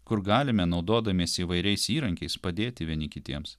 kur galime naudodamiesi įvairiais įrankiais padėti vieni kitiems